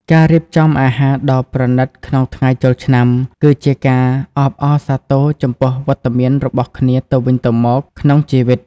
ការរៀបចំអាហារដ៏ប្រណីតក្នុងថ្ងៃចូលឆ្នាំ គឺជាការអបអរសាទរចំពោះវត្តមានរបស់គ្នាទៅវិញទៅមកក្នុងជីវិត។